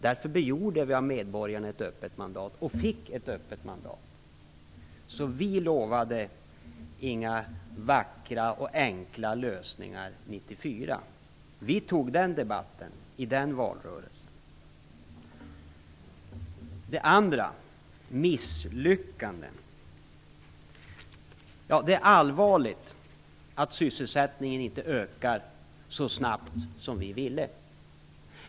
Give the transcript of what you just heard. Därför begärde vi ett öppet mandat och fick det. Vi lovade inga vackra och enkla lösningar 1994. Vi tog den debatten i den valrörelsen. När det gäller misslyckanden vill jag säga att det är allvarligt att sysselsättningen inte ökar så snabbt som vi ville.